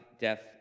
death